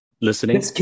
Listening